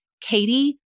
Katie